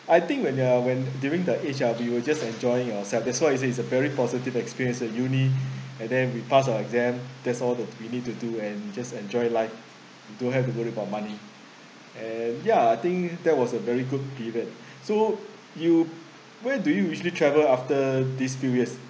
I think when there're when during the age ah we will just enjoying yourself that's why it is a very positive experience at UNI and then we pass our exam that's all loh we need to do and just enjoy life don't have to worry about money and yeah I think that was a very good period so you where do you usually travel after these few years